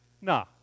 No